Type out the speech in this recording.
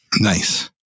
Nice